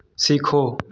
सीखो